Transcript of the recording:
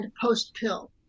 post-pill